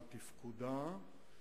על תפקודה,